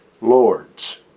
lords